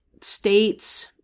states